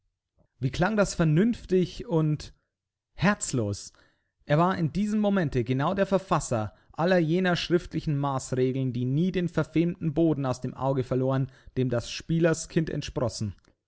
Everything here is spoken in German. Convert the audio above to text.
wie klang das vernünftig und herzlos er war in diesem momente genau der verfasser aller jener schriftlichen maßregeln die nie den verfemten boden aus dem auge verloren dem das spielerskind entsprossen